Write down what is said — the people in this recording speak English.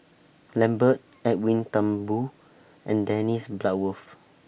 Lambert Edwin Thumboo and Dennis Bloodworth